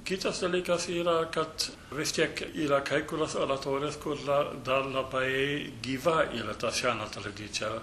kitas dalykas yra kad vis tiek yra kai kuriuos oratorijos kur dar dar labai gyva yra ta sena tradicija